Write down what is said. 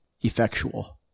effectual